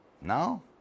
now